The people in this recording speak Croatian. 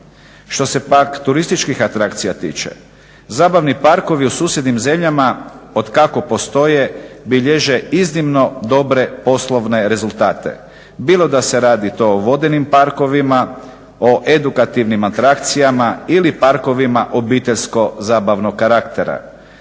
Što se pak turističkih atrakcija tiče, zabavni parkovi u susjednim zemljama od kako postoje bilježe iznimno dobre poslovne rezultate. Bilo da se radi to o vodenim parkovima, o edukativnim atrakcijama ili parkovima obiteljsko-zabavnog karaktera.